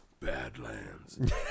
Badlands